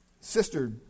sister